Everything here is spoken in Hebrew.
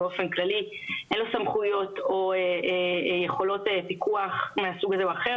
אין לו סמכויות או יכולות פיקוח מהסוג הזה או אחר.